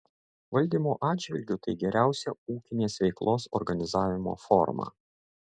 valdymo atžvilgiu tai geriausia ūkinės veiklos organizavimo forma